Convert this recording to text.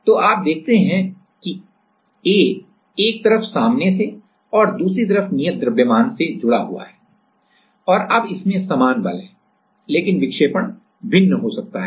तो अब आप देखते हैं कि A एक तरफ सामने से और दूसरी तरफ नियत द्रव्यमान प्रूफ मास proof mass से जुड़ा हुआ है और अब इसमें समान बल है लेकिन विक्षेपण भिन्न हो सकता है